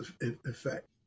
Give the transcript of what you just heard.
effect